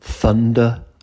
Thunder